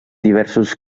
diversos